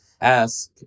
ask